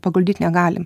paguldyt negalim